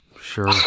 Sure